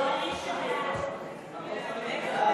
ההצעה להעביר את הצעת חוק המכר